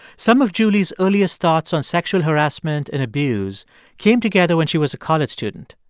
some of julie's earliest thoughts on sexual harassment and abuse came together when she was a college student.